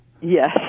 Yes